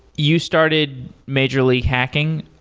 you started major league hacking.